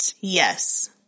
Yes